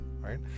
right